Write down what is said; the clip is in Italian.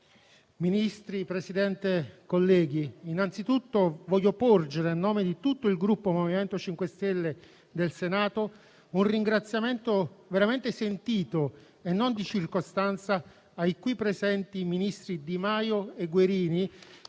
Ministri, colleghi, anzitutto voglio porgere, a nome di tutto il Gruppo MoVimento 5 Stelle del Senato, un ringraziamento veramente sentito e non di circostanza ai qui presenti ministri Di Maio e Guerini